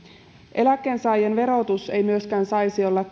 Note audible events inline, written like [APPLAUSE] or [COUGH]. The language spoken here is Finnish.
eläkkeensaajien verotus ei myöskään saisi olla [UNINTELLIGIBLE]